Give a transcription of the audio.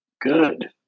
good